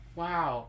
wow